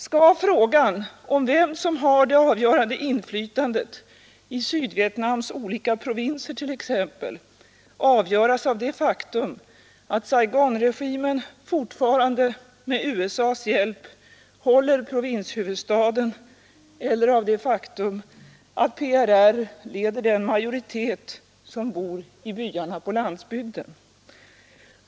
Skall frågan om vem som har det avgörande inflytandet i Sydvietnams olika provinser t.ex. avgöras av det faktum att Saigonregimen fortfarande med USA:s hjälp håller provinshuvudstaden eller av det faktum att PRR leder den majoritet som bor i byarna på landsbygden?